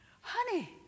honey